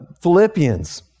Philippians